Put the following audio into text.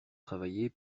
travailler